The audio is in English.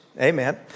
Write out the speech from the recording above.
Amen